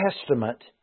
Testament